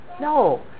No